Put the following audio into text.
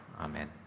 Amen